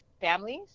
families